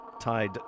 tied